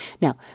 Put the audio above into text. Now